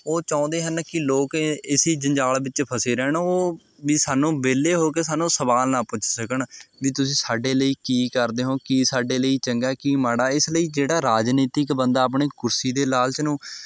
ਉਹ ਚਾਹੁੰਦੇ ਹਨ ਕਿ ਲੋਕ ਇਸੀ ਜੰਜਾਲ਼ ਵਿੱਚ ਫਸੇ ਰਹਿਣ ਉਹ ਵੀ ਸਾਨੂੰ ਵਿਹਲੇ ਹੋ ਕੇ ਸਾਨੂੰ ਸਵਾਲ ਨਾ ਪੁੱਛ ਸਕਣ ਵੀ ਤੁਸੀਂ ਸਾਡੇ ਲਈ ਕੀ ਕਰਦੇ ਹੋ ਕੀ ਸਾਡੇ ਲਈ ਚੰਗਾ ਕੀ ਮਾੜਾ ਇਸ ਲਈ ਜਿਹੜਾ ਰਾਜਨੀਤਿਕ ਬੰਦਾ ਆਪਣੇ ਕੁਰਸੀ ਦੇ ਲਾਲਚ ਨੂੰ